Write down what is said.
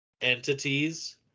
entities